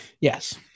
yes